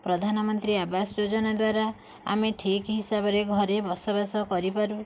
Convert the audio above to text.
ପ୍ରଧାନମନ୍ତ୍ରୀ ଆବାସ ଯୋଜନା ଦ୍ୱାରା ଆମେ ଠିକ୍ ହିସାବରେ ଘରେ ବସବାସ କରିପାରୁ